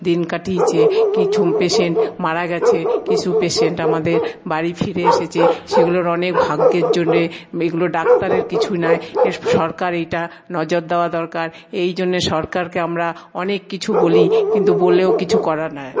দিন কাটিয়েছে কিছু পেশেন্ট মারা গেছে কিছু পেশেন্ট আমাদের বাড়ি ফিরে এসেছে সেগুলোর অনেক ভাগ্যের জন্যে এগুলোর ডাক্তারের কিছু নয় এ সরকার এইটা নজর দেওয়া দরকার এইজন্যে সরকারকে আমরা অনেক কিছু বলি কিন্তু বলেও কিছু করার নাই